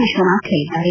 ವಿಶ್ವನಾಥ್ ಹೇಳಿದ್ದಾರೆ